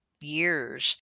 years